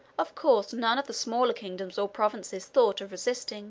of course none of the smaller kingdoms or provinces thought of resisting